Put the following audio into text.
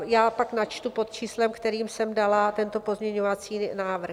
Já pak načtu pod číslem, kterým jsem dala tento pozměňovací návrh.